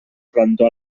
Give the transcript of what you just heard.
gwrando